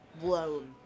Blown